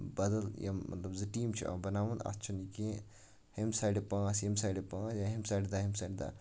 بدل یِم مطلب زٕ ٹیٖم چھِ یِم بَناوان اَتھ چھُ یہِ کیٚنٛہہ ہُمہِ سایڈٕ پانژھِ ییٚمہِ سایڈٕ پانٛژھ یا ہُمہِ دہ ییٚمہِ سایڈٕ دہ